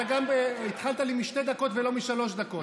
אתה גם התחלת לי משתי דקות ולא משלוש דקות.